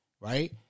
Right